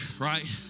right